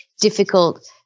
difficult